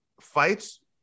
fights